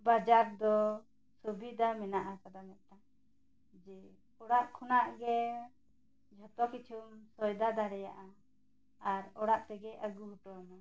ᱵᱟᱡᱟᱨ ᱫᱚ ᱥᱩᱵᱤᱫᱷᱟ ᱢᱮᱱᱟᱜ ᱟᱠᱟᱫᱟ ᱢᱤᱫᱴᱟ ᱝ ᱡᱮ ᱚᱲᱟᱜ ᱠᱷᱚᱱᱟᱜ ᱜᱮ ᱡᱚᱛᱚ ᱠᱤᱪᱷᱩᱢ ᱥᱚᱭᱫᱟ ᱫᱟᱲᱮᱭᱟᱜᱼᱟ ᱟᱨ ᱚᱲᱟᱜ ᱛᱮᱜᱮ ᱟᱹᱜᱩ ᱦᱚᱴᱚᱣᱟᱢᱟᱭ